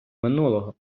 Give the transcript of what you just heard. минулого